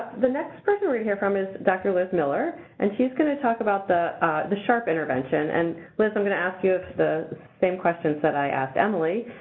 the next person we'll hear from is dr. liz miller. and she's going to talk about the the sharp intervention. and, liz, i'm going to ask you the same questions that i asked emily